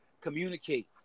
Communicate